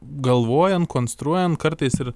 galvojant konstruojant kartais ir